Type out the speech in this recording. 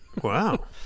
Wow